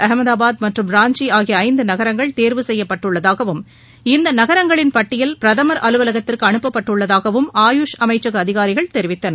அகமதாபாத் மற்றும் ராஞ்சி ஆகிய ஐந்து நகரங்கள் தேர்வு செய்யப்பட்டுள்ளதாகவும் இந்த நகரங்களின் பட்டியல் பிரதமர் அலுவலகத்திற்கு அனுப்பப்பட்டு உள்ளதாகவும் ஆயுஷ் அமைச்சக அதிகாரிகள் தெரிவித்தனர்